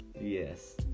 Yes